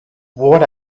what